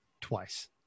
Twice